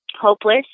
hopeless